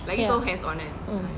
ya mm